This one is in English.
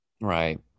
Right